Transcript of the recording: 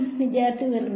വിദ്യാർത്ഥി ഉയർന്നത്